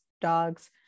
dogs